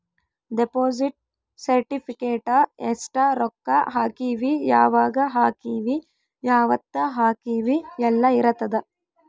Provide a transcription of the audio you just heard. deposit certificate ಎಸ್ಟ ರೊಕ್ಕ ಹಾಕೀವಿ ಯಾವಾಗ ಹಾಕೀವಿ ಯಾವತ್ತ ಹಾಕೀವಿ ಯೆಲ್ಲ ಇರತದ